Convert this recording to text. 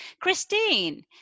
Christine